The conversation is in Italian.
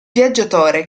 viaggiatore